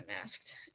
masked